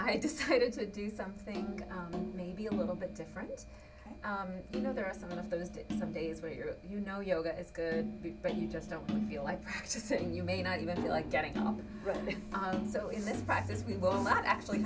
i decided to do something maybe a little bit different you know there are some of those to the days where you're you know yoga is good but you just don't feel like practicing you may not even feel like getting up and running so is in practice we will not actually